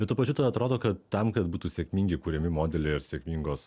bet tuo pačiu tada atrodo kad tam kad būtų sėkmingi kuriami modeliai ar sėkmingos